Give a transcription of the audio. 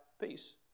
peace